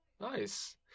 Nice